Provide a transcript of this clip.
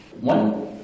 one